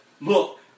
Look